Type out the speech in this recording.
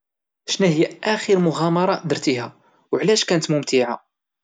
شناهيا اخر مغامرة درتيها وعلاش كانت ممتعة؟